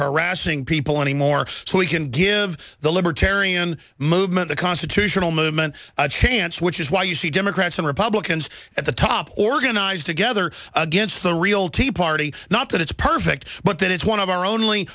harassing people anymore can give the libertarian movement the constitutional movement a chance which is why you see democrats and republicans at the top organize together against the real tea party not that it's perfect but then it's one of our only